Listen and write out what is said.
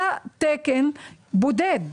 היה תקן בודד,